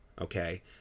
Okay